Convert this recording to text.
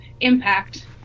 impact